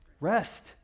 rest